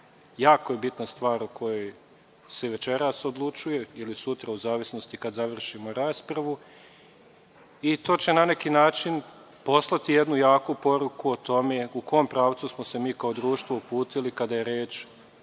Jako je bitna stvar o kojoj se i večeras odlučuje ili sutra, u zavisnosti kada završimo raspravu, i to će na neki način poslati jednu jaku poruku o tome u kom pravcu smo se mi kao društvo uputili kada je reč